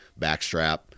backstrap